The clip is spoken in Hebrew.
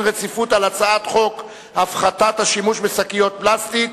רציפות על הצעת חוק הפחתת השימוש בשקיות פלסטיק,